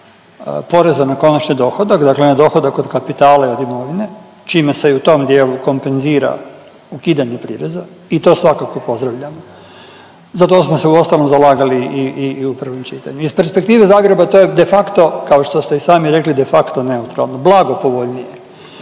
poreza na konačni dohodak, dakle na dohodak od kapitale, od imovine čime se i u tom dijelu kompenzira ukidanje prireza i to svakako pozdravljam. Za to smo se uostalom zalagali i u prvom čitanju. Iz perspektive Zagreba to je de facto kao što ste i sami rekli de facto neutralno, blago povoljnije.